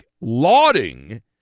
lauding